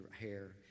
hair